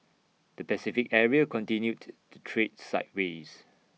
the Pacific area continued to trade sideways